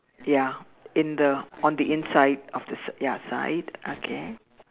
ya in the on the inside of the s~ ya side okay